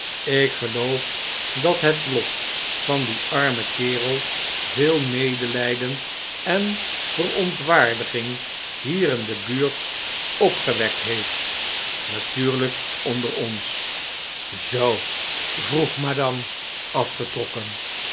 ik geloof dat het lot van dien armen kerel veel roedelijden en verontwaardiging hier in de buurt opgewekt heeft natuurlijk onder ons zoo vroeg madame afgetrokken